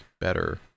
better